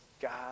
God